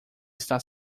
está